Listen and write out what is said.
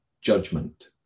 judgment